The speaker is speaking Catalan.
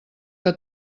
que